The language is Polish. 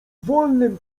wolnym